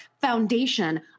foundation